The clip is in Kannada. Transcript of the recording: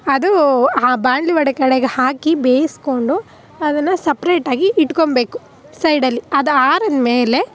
ಅದು ಆ ಬಾಣಲಿ ಒಳಗಡೆಗೆ ಹಾಕಿ ಬೇಯಿಸ್ಕೊಂಡು ಅದನ್ನ ಸಪ್ರೇಟಾಗಿ ಇಟ್ಕೊಳ್ಬೇಕು ಸೈಡಲ್ಲಿ ಅದು ಆರಿದ ಮೇಲೆ